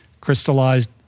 crystallized